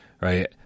right